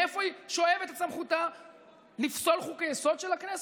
מאיפה היא שואבת את סמכותה לפסול חוקי-יסוד של הכנסת?